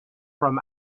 from